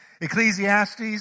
Ecclesiastes